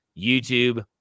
YouTube